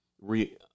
re